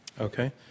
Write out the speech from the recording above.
Okay